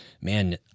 man